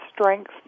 strength